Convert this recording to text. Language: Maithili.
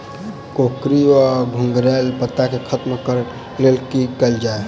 कोकरी वा घुंघरैल पत्ता केँ खत्म कऽर लेल की कैल जाय?